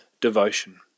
Devotion